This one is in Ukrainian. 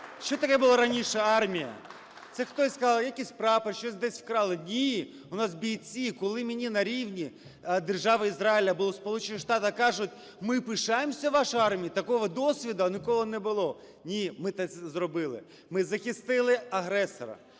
Що таке була раніше армія? Це хтось казав: якийсь прапор, щось десь вкрали. Ні, у нас бійці. Коли мені на рівні Держави Ізраїль або в Сполучених Штатах кажуть: ми пишаємося вашою армією, такого досвіду ніколи не було. Ні, ми це зробили – ми захистили агресора.